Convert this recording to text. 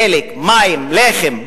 דלק, מים, לחם.